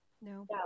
No